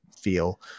feel